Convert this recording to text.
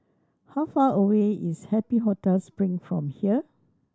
how far away is Happy Hotel Spring from here